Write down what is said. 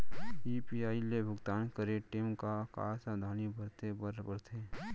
UPI ले भुगतान करे टेम का का सावधानी बरते बर परथे